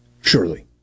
Surely